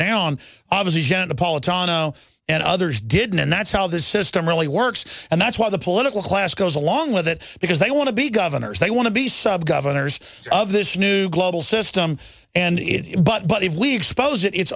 tano and others didn't and that's how the system really works and that's why the political class goes along with it because they want to be governors they want to be sub governors of this new global system and it but but if we expose it it's